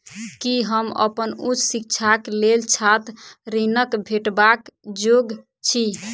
की हम अप्पन उच्च शिक्षाक लेल छात्र ऋणक भेटबाक योग्य छी?